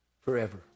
forever